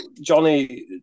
Johnny